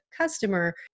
customer